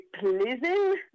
pleasing